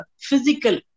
physical